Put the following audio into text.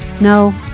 no